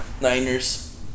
Niners